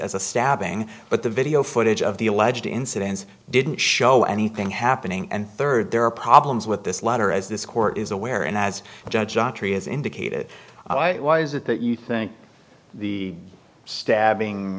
as a stabbing but the video footage of the alleged incidents didn't show anything happening and third there are problems with this letter as this court is aware and as judge john tree has indicated why is it that you think the stabbing